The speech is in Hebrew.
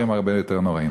דברים הרבה יותר נוראים.